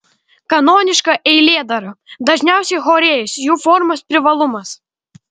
kanoniška eilėdara dažniausiai chorėjas jų formos privalumas